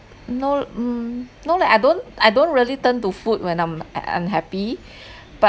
no l~ mm no leh I don't I don't really turn to food when I'm u~ unhappy but